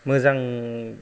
मोजां